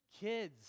Kids